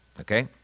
Okay